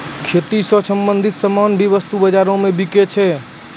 खेती स संबंछित सामान भी वस्तु बाजारो म बिकै छै